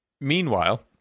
meanwhile